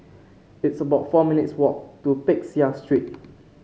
it's about four minutes' walk to Peck Seah Street